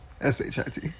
S-H-I-T